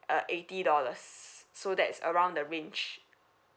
uh eighty dollars so that's around the range